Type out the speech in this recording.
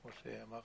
כמו שאמר